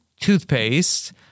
toothpaste